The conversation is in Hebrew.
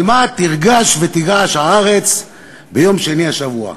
על מה תרגש ותגעש הארץ ביום שני השבוע?